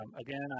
again